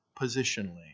positionally